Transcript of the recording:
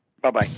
Bye-bye